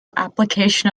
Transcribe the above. application